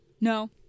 No